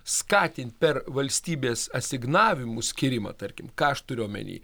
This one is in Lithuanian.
skatint per valstybės asignavimų skyrimą tarkim ką aš turiu omeny